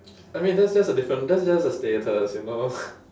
I mean that's just a different that's just a status you know